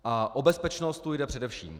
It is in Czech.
A o bezpečnost tu jde především.